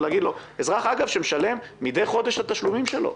אזרח שמשלם מידי חודש את התשלומים שלו,